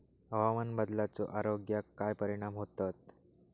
हवामान बदलाचो आरोग्याक काय परिणाम होतत?